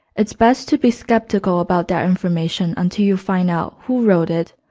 it's best to be skeptical about that information until you find out who wrote it,